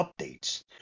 updates